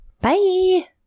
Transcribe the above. Bye